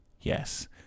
Yes